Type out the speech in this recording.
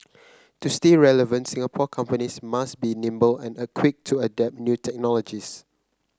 to stay relevant Singapore companies must be nimble and a quick to adopt new technologies